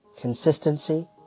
consistency